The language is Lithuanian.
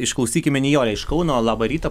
išklausykime nijolę iš kauno labą rytą